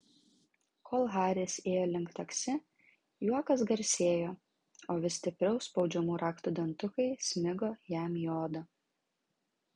kol haris ėjo link taksi juokas garsėjo o vis stipriau spaudžiamų raktų dantukai smigo jam į odą